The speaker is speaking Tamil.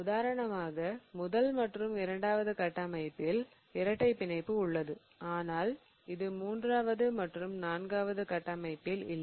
உதாரணமாக முதல் மற்றும் இரண்டாவது கட்டமைப்பில் இரட்டை பிணைப்பு உள்ளது ஆனால் இது 3 வது மற்றும் 4 வது கட்டமைப்பில் இல்லை